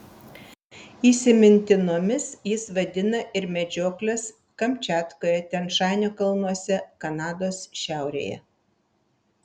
įsimintinomis jis vadina ir medžiokles kamčiatkoje tian šanio kalnuose kanados šiaurėje